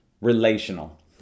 Relational